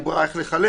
נכון.